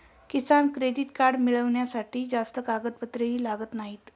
किसान credit card मिळवण्यासाठी जास्त कागदपत्रेही लागत नाहीत